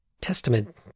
testament